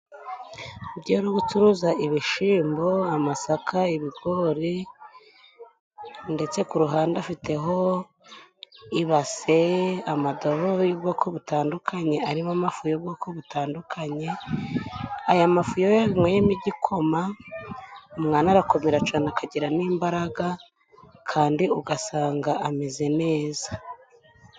Umubyeyi uri gucuruza Ibishimbo, amasaka, ibigori ndetse ku ruhande afiteho ibase, amadobo y'ubwoko butandukanye arimo amafu y'ubwoko butandukanye, aya mafu iyo yanyweyemo igikoma umwana arakomera cane akagira n'imbaraga kandi ugasanga ameze neza.